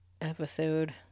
episode